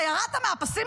אתה ירדת מהפסים,